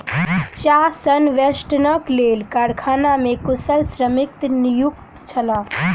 चाह संवेष्टनक लेल कारखाना मे कुशल श्रमिक नियुक्त छल